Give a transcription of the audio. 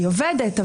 היא עובדת,